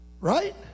Right